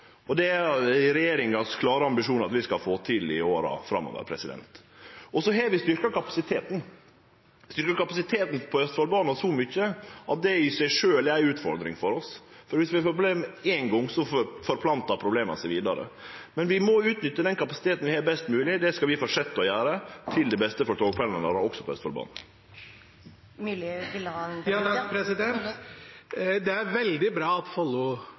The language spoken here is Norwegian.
og vedlikehald. Det er regjeringas klare ambisjon at vi skal få til det i åra framover. Så har vi styrkt kapasiteten. Vi har styrkt kapasiteten på Østfoldbanen så mykje at det i seg sjølv er ei utfordring for oss, for viss vi får problem éin gong, forplantar problema seg vidare. Men vi må utnytte den kapasiteten vi har, best mogleg. Det skal vi fortsetje å gjere til det beste for togpendlarane, også på Østfoldbanen. Det er veldig bra at